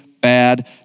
bad